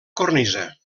cornisa